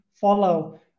follow